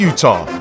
Utah